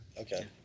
Okay